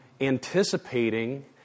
anticipating